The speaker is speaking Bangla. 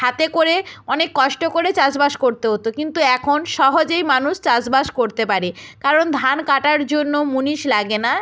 হাতে করে অনেক কষ্ট করে চাষবাস করতে হতো কিন্তু এখন সহজেই মানুষ চাষবাস করতে পারে কারণ ধান কাটার জন্য মুনিষ লাগে না